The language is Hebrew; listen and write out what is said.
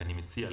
אני מציע,